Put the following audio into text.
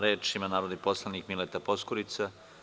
Reč ima narodni poslanik dr Mileta Poskurica.